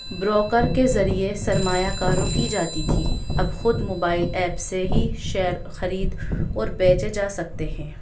broker کے ذریعے سرمایہ کاری کی جاتی تھی اب خود موبائل ایپ سے ہی شیئر خرید اور بیچے جا سکتے ہیں